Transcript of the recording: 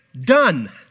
done